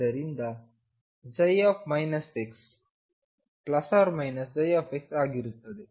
ಆದ್ದರಿಂದ ψ ±ψ ಆಗುತ್ತದೆ